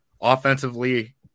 offensively